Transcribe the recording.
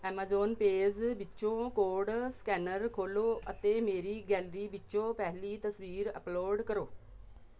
Amazon Pay ਵਿੱਚ Q R code scanner ਖੋਲੋ ਅਤੇ ਮੇਰੀ ਗੈਲਰੀ ਵਿੱਚੋ ਪਹਿਲੀ ਤਸਵੀਰ ਅੱਪਲੋਡ ਕਰੋ